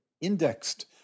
indexed